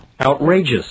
outrageous